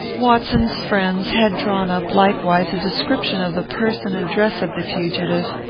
watson's friends had drawn up, likewise, a description of the person and dress of the fugitive,